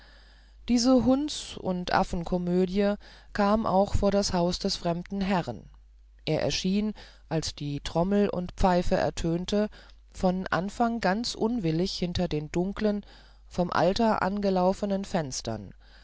diese hunds und affenkomödie kam auch vor das haus des fremden herrn er erschien als die trommel und pfeife ertönte von anfang ganz unwillig hinter den dunkeln vom alter angelaufenen fenstern